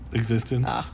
existence